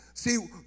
See